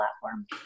platform